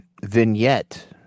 vignette